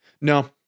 no